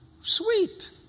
Sweet